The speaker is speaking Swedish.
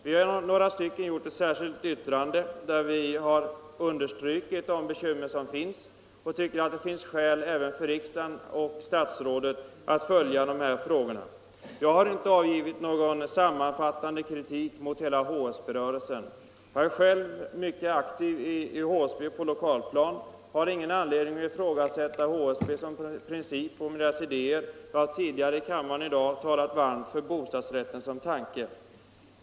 Vi är således några ledamöter som har skrivit ett särskilt yttrande i vilket vi har understrukit de svårigheter som finns, och jag tycker att det finns skäl även för riksdagen och för statsrådet att följa de frågorna närmare. Jag har inte avgivit någon sammanfattande kritik mot hela HSB-rörelsen. Jag är själv aktiv inom HSB på lokalplanet och har ingen anledning att ifrågasätta HSB som organisation eller rörelsens idéer. Tidigare har jag ju här i kammaren i dag också talat varmt för bostadsrätten som tanke.